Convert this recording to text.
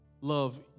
Love